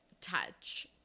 touch